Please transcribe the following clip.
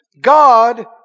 God